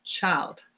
child